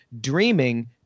dreaming